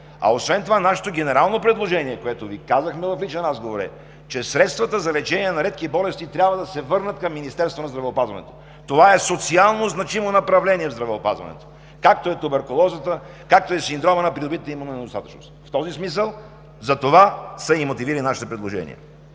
Освен това нашето генерално предложение, за което Ви казахме в личен разговор, е, че средствата за лечение на редки болести трябва да се върнат към Министерството на здравеопазването. Това е социално значимо направление в здравеопазването, както е туберкулозата, както е синдромът на придобитата имунна недостатъчност, в този смисъл са мотивирани нашите предложения.